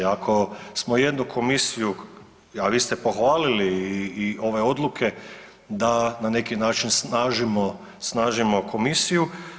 Ako smo jednu komisiju, a vi ste pohvalili i ove odluke da na neki način snažimo komisiju.